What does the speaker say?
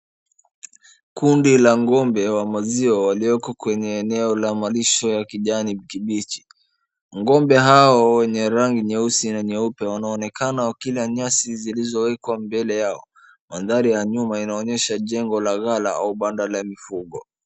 Kundi la ng'ombe wa maziwa walioko kwenye eneo la malisho ya kijani kimbichi. Ng'ombe hao wenye rangi nyeusi na nyeupe wanaonekana wakila nyasi zilizoekwa mbele yao. Mandahri ya nyuma inaonyesha jengo la gala au banda la mifugo.